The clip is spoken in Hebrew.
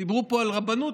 ודיברו פה על הרבנות,